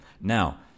Now